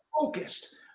focused